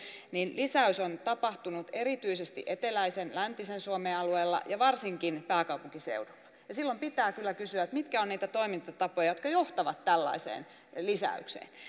lisäys on tapahtunut erityisesti eteläisen ja läntisen suomen alueella ja varsinkin pääkaupunkiseudulla silloin pitää kyllä kysyä mitkä ovat niitä toimintatapoja jotka johtavat tällaiseen lisäykseen